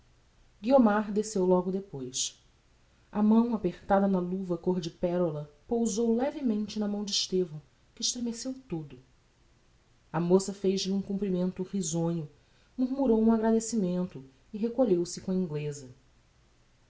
guiomar desceu logo depois a mão apertada na luva côr de perola pousou levemente na mão de estevão que estremeceu todo a moça fez-lhe um comprimento risonho murmurou um agradecimento e recolheu-se com a ingleza